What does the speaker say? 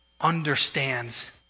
understands